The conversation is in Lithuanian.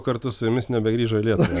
kartu su jumis nebegrįžo į lietuvą